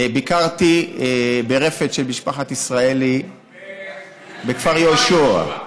ביקרתי ברפת של משפחת ישראלי בכפר יהושע.